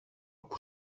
που